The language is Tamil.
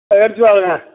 ஆ எடுத்துட்டு வரேங்க